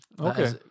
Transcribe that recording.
Okay